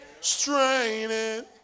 straining